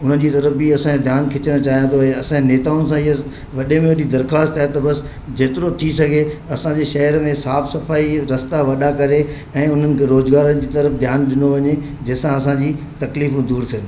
उन जी तर्फ़ि बि असांजो ध्यानु खिचणु चाहियां थो असां नेताउनि सां इहो वॾे में वॾे दरख़्वास्त आहे त बसि जेतिरो थी सघे असांजे शहर में साफ़ु सफ़ाई रस्ता वॾा करे ऐं उन्हनि खे रोज़गारनि जी तर्फ़ि ध्यानु ॾिनो वञे जंहिंसां असांजी तकलीफ़ूं दूरि थियनि